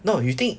no you think